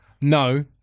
No